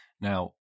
Now